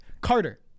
Carter